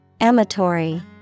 Amatory